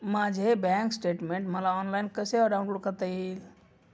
माझे bank statement मला online कसे डाउनलोड करता येईल?